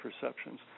perceptions